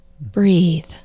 breathe